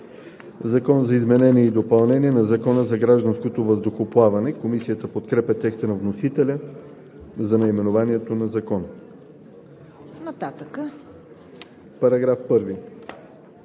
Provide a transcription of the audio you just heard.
„Закон за изменение и допълнение на Закона за гражданското въздухоплаване“. Комисията подкрепя текста на вносителя за наименованието на Закона. Комисията